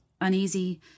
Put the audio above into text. uneasy